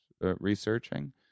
researching